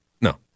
No